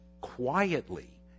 quietly